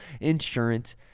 insurance